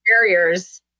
barriers